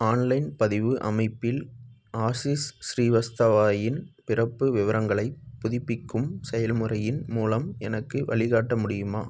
online பதிவு அமைப்பில் ஆசிஷ் ஸ்ரீவஸ்தவாயின் பிறப்பு விவரங்களைப் புதுப்பிக்கும் செயல்முறையின் மூலம் எனக்கு வழி காட்ட முடியுமா